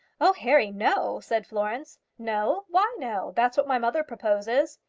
oh, harry no, said florence. no why no? that's what my mother proposes.